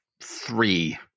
three